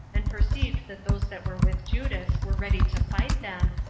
and perceived that those that were with judas were ready to fight them,